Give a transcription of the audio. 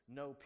no